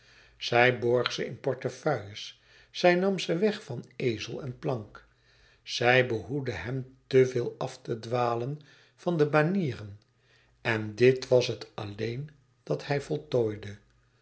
zij borg ze in portefeuilles zij nam ze weg van ezel en plank zij behoedde hem te veel af te dwalen van de banieren en dit was het alleen dat hij voltooide